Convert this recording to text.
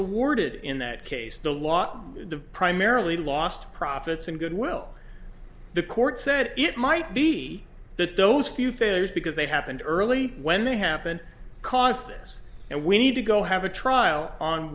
awarded in that case the law primarily lost profits and goodwill the court said it might be that those few failures because they happened early when they happen caused this and we need to go have a trial on